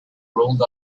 rolled